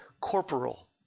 corporal